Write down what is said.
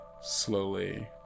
slowly